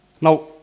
Now